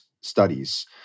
studies